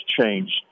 changed